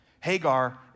Hagar